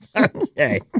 Okay